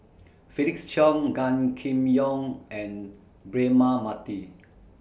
Felix Cheong Gan Kim Yong and Braema Mathi